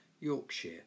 Yorkshire